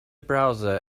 browser